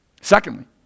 Secondly